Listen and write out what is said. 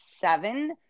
seven